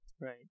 Right